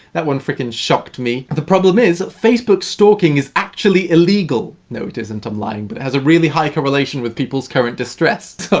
that one frikin' shocked me! and the problem is, facebook stalking is actually illegal. no, it isn't i'm lying. but has a really high correlation with people's current distress.